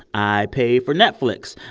i pay for netflix.